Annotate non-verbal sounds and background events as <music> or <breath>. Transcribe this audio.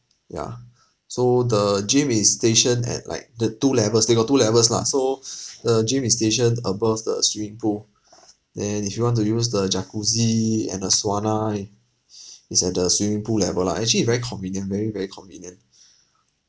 yeah so the gym is stationed at like the two levels they got two levels lah so the gym is stationed above the swimming pool then if you want to use the jacuzzi and the sauna eh it's at the swimming pool level lah actually very convenient very very convenient <breath>